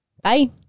Bye